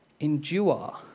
Endure